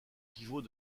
pivot